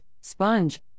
Sponge